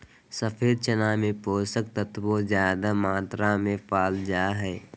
सफ़ेद चना में पोषक तत्व ज्यादे मात्रा में पाल जा हइ